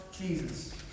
Jesus